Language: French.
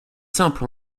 simple